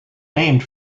named